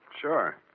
Sure